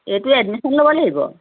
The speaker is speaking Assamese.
এইটো এডমিশ্যন ল'ব লাগিব